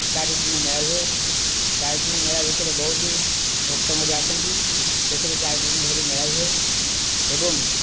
ଚାରି ଦିନ ମେଳା ହୁଏ ଚାରି ଦିନ ମେଳା ଭିତରେ ବହୁତ ଭକ୍ତ ମଧ୍ୟ ଆସନ୍ତି ସେଥିରେ ଚାରି ଦିନ ଧରି ମେଳା ହୁଏ ଏବଂ